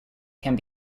can